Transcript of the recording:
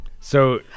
So-